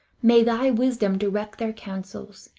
may thy wisdom direct their councils,